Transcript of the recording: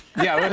yeah.